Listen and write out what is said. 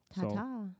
Ta-ta